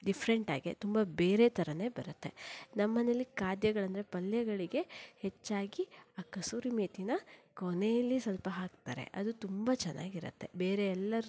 ಡಿಫ್ರೆಂಟಾಗಿ ತುಂಬ ಬೇರೆ ಥರನೇ ಬರುತ್ತೆ ನಮ್ಮ ಮನೇಲ್ಲಿ ಖಾದ್ಯಗಳಂದರೆ ಪಲ್ಯಗಳಿಗೆ ಹೆಚ್ಚಾಗಿ ಆ ಕಸೂರಿಮೇತಿನ ಕೊನೆಯಲ್ಲಿ ಸ್ವಲ್ಪ ಹಾಕ್ತಾರೆ ಅದು ತುಂಬ ಚೆನ್ನಾಗಿ ಇರುತ್ತೆ ಬೇರೆ ಎಲ್ಲರ್ದು